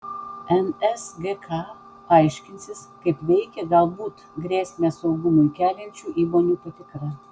nsgk aiškinsis kaip veikia galbūt grėsmę saugumui keliančių įmonių patikra